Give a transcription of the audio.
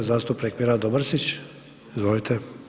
Zastupnik Mirando Mrsić, izvolite.